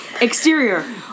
Exterior